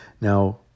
Now